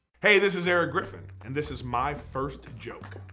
hey this is erik griffin and this is my first joke.